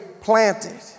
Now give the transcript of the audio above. planted